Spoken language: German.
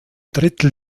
drittel